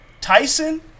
Tyson